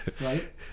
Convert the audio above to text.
right